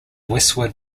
westwood